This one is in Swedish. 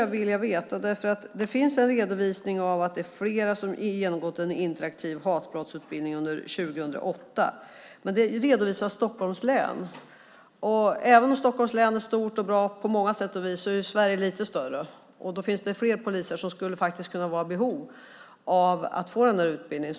Det finns en redovisning av att det är flera som har genomgått en interaktiv hatbrottsutbildning under 2008, men redovisningen gäller Stockholms län. Och även om Stockholms län är stort och bra på många sätt och vis är ju Sverige lite större. Det finns flera poliser som skulle vara i behov av att få den utbildningen.